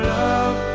love